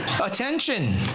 attention